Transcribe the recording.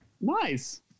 nice